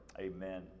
amen